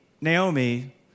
Naomi